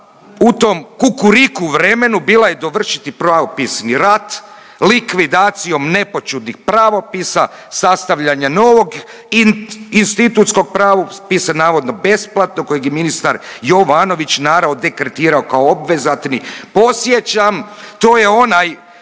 u tom kukuriku vremenu bila je dovršiti pravopisni rat likvidacijom nepoćudnih pravopisa, sastavljanja novog institutskog pravopisa navodno besplatnog kojeg je ministar Jovanović … dekretirao kao obvezatni. Podsjećam to je onaj